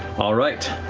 all right.